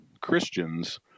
Christians